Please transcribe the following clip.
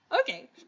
Okay